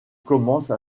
commence